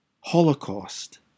holocaust